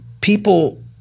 people